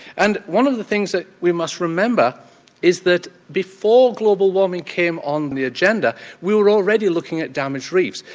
and one of the things that we must remember is that before global warming came on the agenda we were already looking at damaged reefs,